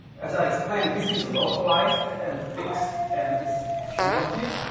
as i explained, this is localized and fixed and it's cumulative.